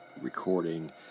recording